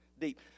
deep